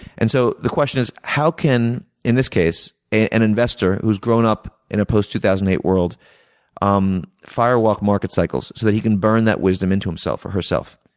and so the question is how can, in this case, an investor who's grown up in a post two thousand and eight world um firewalk market cycles so that he can burn that wisdom into himself or herself?